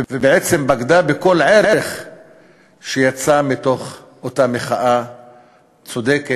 ובעצם בגדה בכל ערך שיצא מתוך אותה מחאה צודקת,